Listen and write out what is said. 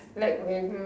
like when